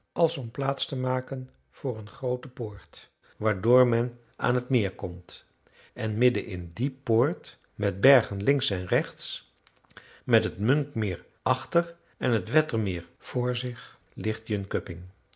als om plaats te maken voor een groote poort waardoor men aan t meer komt en midden in die poort met bergen links en rechts met het munkmeer achter en t wettermeer voor zich